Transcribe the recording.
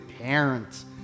parents